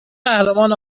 قهرمان